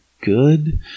good